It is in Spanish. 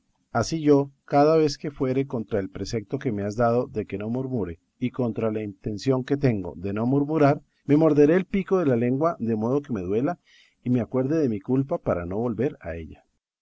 así yo cada vez que fuere contra el precepto que me has dado de que no murmure y contra la intención que tengo de no murmurar me morderé el pico de la lengua de modo que me duela y me acuerde de mi culpa para no volver a ella